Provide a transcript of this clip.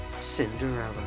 Cinderella